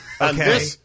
Okay